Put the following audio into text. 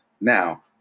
now